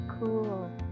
cool